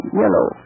yellow